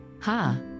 Ha